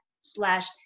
slash